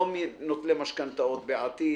לא מנוטלי משכנתאות בעתיד